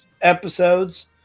episodes